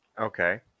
Okay